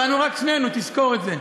אבל אנחנו רק שנינו, תזכור את זה.